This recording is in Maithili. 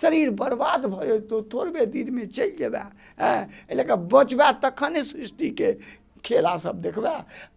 शरीर बरबाद भऽ जेतौ थोड़बे दिनमे चलि जेबे अऽ एहि लऽ कऽ बचबे तखन एहि सृष्टिके खेलासब देखबे